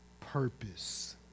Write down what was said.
purpose